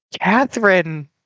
Catherine